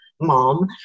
mom